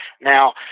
now